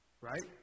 Right